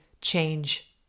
change